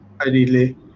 ideally